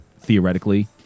theoretically